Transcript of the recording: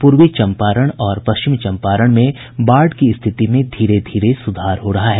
पूर्वी चम्पारण और पश्चिम चम्पारण में बाढ़ की रिथति में धीरे धीरे सुधार हो रहा है